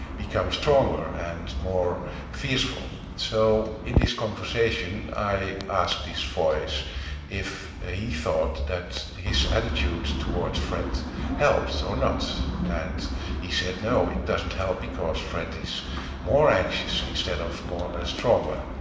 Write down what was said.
become stronger and more forceful. so in this conversation i asked this voice if ah he thought that his attitude towards fred helped or not. and he said no, it doesn't help because fred is more anxious instead of more stronger.